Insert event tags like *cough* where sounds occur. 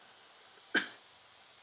*coughs*